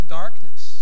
darkness